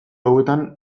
hauetan